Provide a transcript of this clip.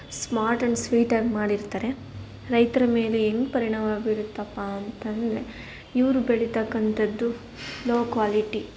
smart and ಸ್ವೀಟಾಗಿ ಮಾಡಿರ್ತಾರೆ ರೈತರ ಮೇಲೆ ಹೆಂಗ್ ಪರಿಣಾಮ ಬೀರುತ್ತಪ್ಪ ಅಂತನ್ನೆ ಇವರು ಬೆಳೀತಕ್ಕಂಥದ್ದು ಲೋ ಕ್ವಾಲಿಟಿ